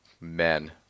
men